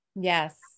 Yes